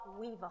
weaver